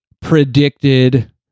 predicted